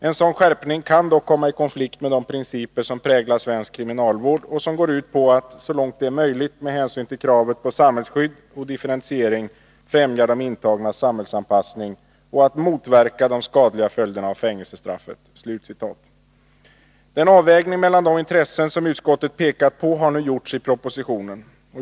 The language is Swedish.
En sådan skärpning kan dock komma i konflikt med de principer som präglar svensk kriminalvård och som går ut på att, så långt det är möjligt med hänsyn till kravet på samhällsskydd och differentiering, främja de intagnas samhällsanpassning och att motverka de skadliga följderna av fängelsestraffet.” Den avvägning mellan de intressen som utskottet pekat på har nu gjorts i propositionen.